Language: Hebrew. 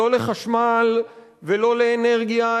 לא לחשמל ולא לאנרגיה,